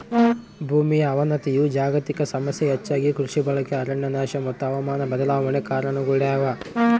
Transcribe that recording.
ಭೂಮಿಯ ಅವನತಿಯು ಜಾಗತಿಕ ಸಮಸ್ಯೆ ಹೆಚ್ಚಾಗಿ ಕೃಷಿ ಬಳಕೆ ಅರಣ್ಯನಾಶ ಮತ್ತು ಹವಾಮಾನ ಬದಲಾವಣೆ ಕಾರಣಗುಳಾಗ್ಯವ